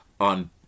On